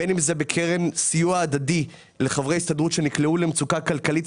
בין אם זה בקרן סיוע הדדי לחברי הסתדרות שנקלעו למצוקה כלכלית,